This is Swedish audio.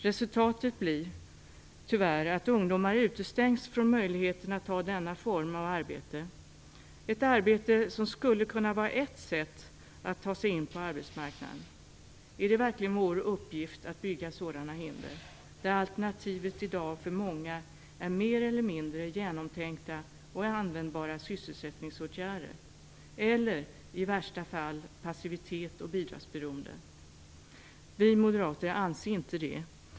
Resultatet blir tyvärr att ungdomar utestängs från möjligheten att ta denna form av arbete, ett arbete som skulle kunna vara ett sätt att ta sig in på arbetsmarknaden. Är det verkligen vår uppgift att bygga upp sådana hinder, när alternativet i dag för många bara är mer eller mindre genomtänkta och användbara sysselsättningsåtgärder eller i värsta fall passivitet och bidragsberoende? Vi moderater anser inte det.